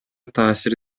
таасир